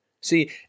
See